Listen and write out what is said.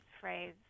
phrase